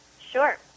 Sure